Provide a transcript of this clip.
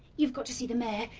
you've got to see the mayor.